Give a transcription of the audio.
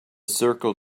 circle